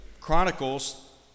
chronicles